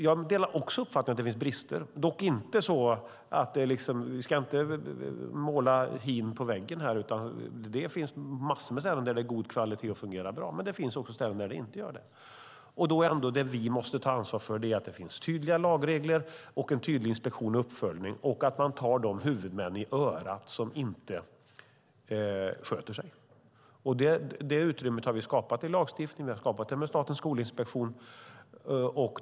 Jag delar också uppfattningen att det finns brister. Vi ska dock inte måla hin på väggen. Det finns massor av ställen som har god kvalitet och som fungerar bra, men det finns också sådana som inte fungerar bra. Vi måste alltså ta ansvar för att det finns tydliga lagregler och en tydlig inspektion och uppföljning samt ta de huvudmän i örat som inte sköter sig. Det utrymmet har vi skapat i lagstiftningen. Vi har skapat det med Statens skolinspektion.